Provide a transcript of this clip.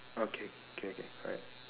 okay okay okay correct